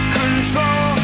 control